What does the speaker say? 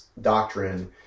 doctrine